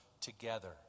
together